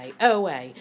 OA